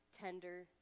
tender